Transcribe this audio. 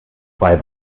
zwei